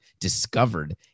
discovered